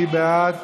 מי בעד?